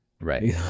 Right